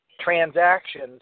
transactions